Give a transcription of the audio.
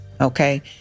okay